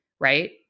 Right